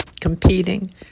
competing